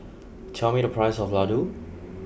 tell me the price of Ladoo